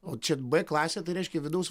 o čia b klasė tai reiškia vidaus